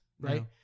right